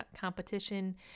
competition